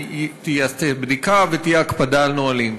תיעשה בדיקה ותהיה הקפדה על הנהלים.